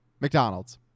McDonald's